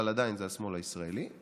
אבל עדיין זה השמאל הישראלי,